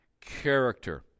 character